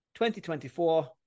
2024